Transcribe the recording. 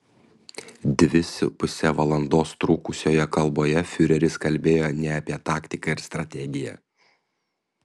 dvi su puse valandos trukusioje kalboje fiureris kalbėjo ne apie taktiką ir strategiją